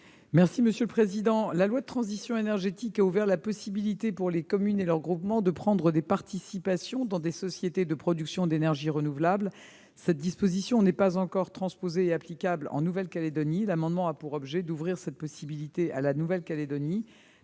est à Mme la ministre. La loi pour la transition énergétique a ouvert la possibilité, pour les communes et leurs groupements, de prendre des participations dans des sociétés de production d'énergie renouvelable. Cette disposition n'est pas encore applicable en Nouvelle-Calédonie. L'amendement a pour objet d'ouvrir cette possibilité sur ce territoire.